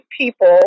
people